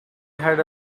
had